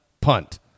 punt